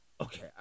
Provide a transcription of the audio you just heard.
okay